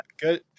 Good